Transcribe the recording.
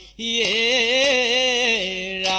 yeah a